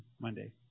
Monday